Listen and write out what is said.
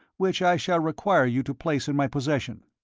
which i shall require you to place in my possession.